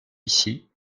ici